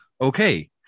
Okay